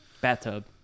Bathtub